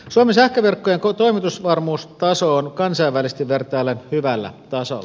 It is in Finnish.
suomen sähköverkkojen toimitusvarmuustaso on kansainvälisesti vertaillen hyvällä tasolla